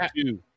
Two